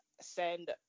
send